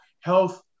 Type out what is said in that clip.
health